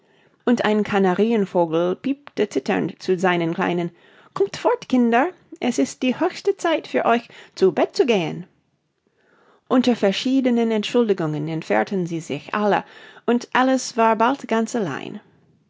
und ein canarienvogel piepte zitternd zu seinen kleinen kommt fort kinder es ist die höchste zeit für euch zu bett zu gehen unter verschiedenen entschuldigungen entfernten sie sich alle und alice war bald ganz allein